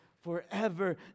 forever